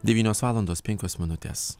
devynios valandos penkios minutės